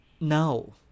No